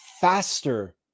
Faster